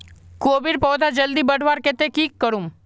कोबीर पौधा जल्दी बढ़वार केते की करूम?